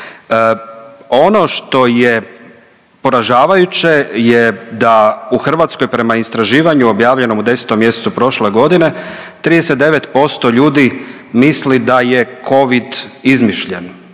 Ono što je poražavajuće je da u Hrvatskoj prema istraživanju objavljenom u 10 mjesecu prošle godine 39% ljudi misli da je covid izmišljen.